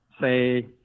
say